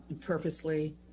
purposely